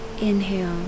Inhale